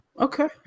Okay